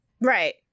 Right